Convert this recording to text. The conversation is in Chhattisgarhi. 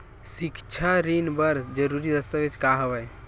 सिक्छा ऋण बर जरूरी दस्तावेज का हवय?